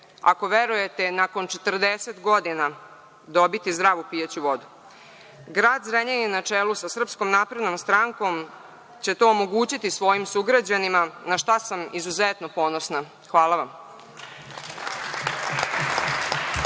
ako verujete, nakon 40 godina dobiti zdravu pijaću vodu. Grad Zrenjanin na čelu sa SNS će to omogućiti svojim sugrađanima, na šta sam izuzetno ponosna. Hvala vam.